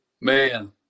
Man